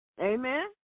Amen